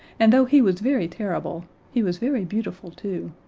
and though he was very terrible he was very beautiful too.